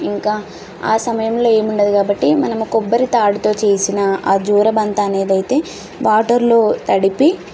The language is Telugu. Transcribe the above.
ఇంకా ఆ సమయంలో ఏముండదు కాబట్టి మనం కొబ్బరి తాడుతో చేసిన ఆ జోరబంత అనేది అయితే వాటర్లో తడిపి